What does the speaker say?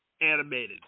animated